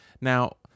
Now